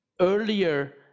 earlier